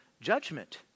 judgment